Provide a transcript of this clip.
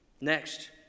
Next